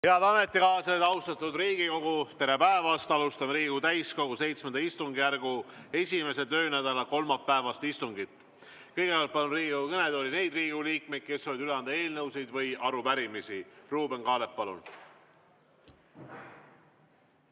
Head ametikaaslased, austatud Riigikogu, tere päevast! Alustame Riigikogu täiskogu VII istungjärgu esimese töönädala kolmapäevast istungit. Kõigepealt palun Riigikogu kõnetooli neid Riigikogu liikmeid, kes soovivad üle anda eelnõusid või arupärimisi. Ruuben Kaalep, palun!